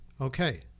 Okay